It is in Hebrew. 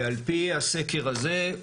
ועל פי הסקר הזה,